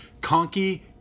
Conky